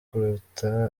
kuruta